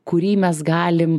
kurį mes galim